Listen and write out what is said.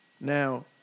Now